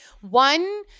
one